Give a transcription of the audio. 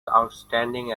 outstanding